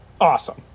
awesome